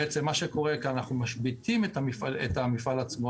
בעצם מה שקורה זה שאנחנו משביתים את המפעל עצמו,